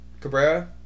Cabrera